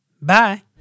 Bye